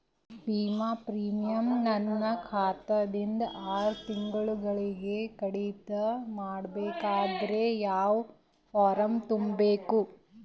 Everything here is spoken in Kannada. ವಿಮಾ ಪ್ರೀಮಿಯಂ ನನ್ನ ಖಾತಾ ದಿಂದ ಆರು ತಿಂಗಳಗೆ ಕಡಿತ ಮಾಡಬೇಕಾದರೆ ಯಾವ ಫಾರಂ ತುಂಬಬೇಕು?